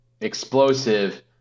explosive